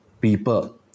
people